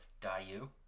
Dayu